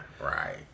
Right